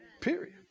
Period